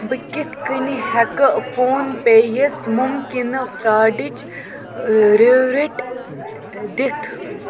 بہٕ کِتھٕ کٔنی ہیٚکہٕ فون پے یَس مُمکِنہٕ فرٛاڈٕچ ریورٹ دِتھ